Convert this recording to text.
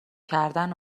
کردن